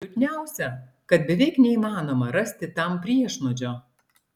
liūdniausia kad beveik neįmanoma rasti tam priešnuodžio